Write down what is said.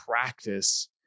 practice